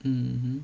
mm